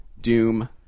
Doom